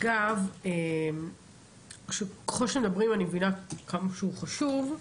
אגב, ככל שמדברים אני מבינה כמה שהוא חשוב,